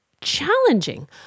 challenging